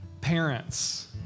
Parents